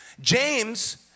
James